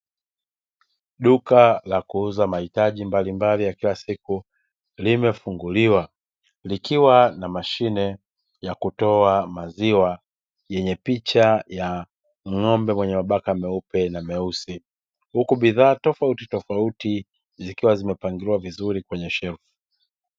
Duka la kuuza mahitaji mbalimbali ya kila siku limefunguliwa likiwa na mashine ya kutoa maziwa yenye picha ya ng'ombe mwenye mabaka meupe na meusi, huku bidhaa tofauti tofauti zikiwa zimepangiliwa vizuri kwenye shelfu.